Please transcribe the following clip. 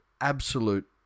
Absolute